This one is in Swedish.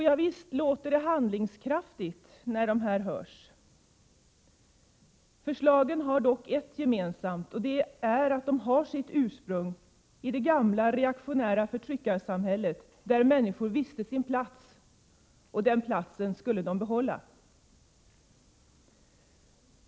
Ja, det låter handlingskraftigt. Förslagen har dock det gemensamt att de har sitt ursprung i det gamla reaktionära förtryckarsamhället, där människor visste sin plats — en plats som de skulle behålla.